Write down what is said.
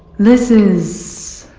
this is.